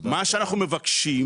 מה שאנחנו מבקשים,